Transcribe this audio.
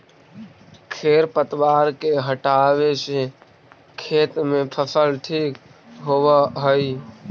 खेर पतवार के हटावे से खेत में फसल ठीक होबऽ हई